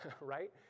right